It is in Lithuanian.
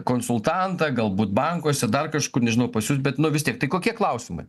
konsultantą galbūt bankuose dar kažko nežinau pas jus bet nu vis tiktiek tai kokie klausimai